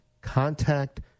Contact